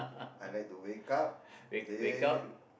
I like to wake up then